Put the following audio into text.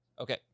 Okay